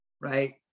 right